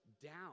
down